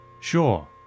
Sure